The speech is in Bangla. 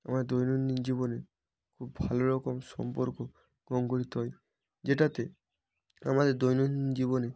আমাদের দৈনন্দিন জীবনে খুব ভালো রকম সম্পর্ক হয় যেটাতে আমাদের দৈনন্দিন জীবনে